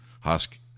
Husk